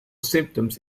symptoms